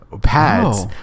pads